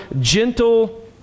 gentle